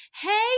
hey